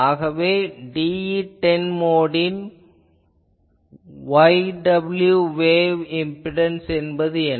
ஆகவே TE10 மோடின் yw wave impedance என்பது என்ன